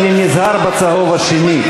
אני נזהר בצהוב השני.